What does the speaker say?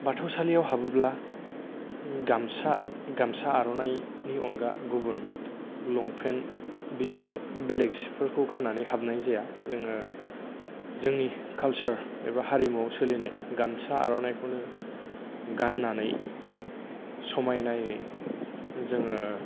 बाथौसालियाव हाबोब्ला गामसा गामसा आर'नायनि अनगा गुबुन लंफेन बिदिनो बेलेग सिफोरखौ गाननानै हाबनाय जाया बिदिनो जोंनि कालसार एबा हारिमु सोलिनाय गामसा आर'नायखौनो गाननानै समायनायै जोङो